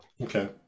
okay